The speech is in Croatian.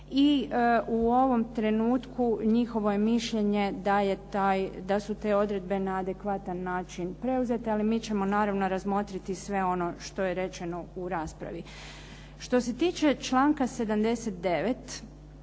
u ovom trenutku njihovo je mišljenje da je taj, da su te odredbe na adekvatan način preuzete. Ali mi ćemo naravno razmotriti sve ono to je rečeno u raspravi. Što se tiče članka 79.